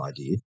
idea